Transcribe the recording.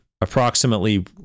approximately